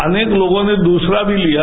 अनेक लोगों ने दूसरा भी लिया